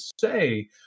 say